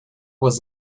was